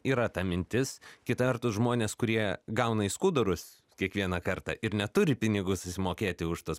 yra ta mintis kita vertus žmonės kurie gauna į skudurus kiekvieną kartą ir neturi pinigų susimokėti už tuos